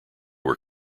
were